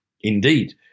Indeed